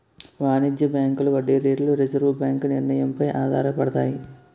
వాణిజ్య బ్యాంకుల వడ్డీ రేట్లు రిజర్వు బ్యాంకు నిర్ణయం పై ఆధారపడతాయి